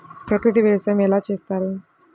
ప్రకృతి వ్యవసాయం ఎలా చేస్తారు?